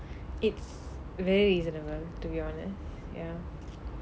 it's very reasonable to be honest ya